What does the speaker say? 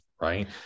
Right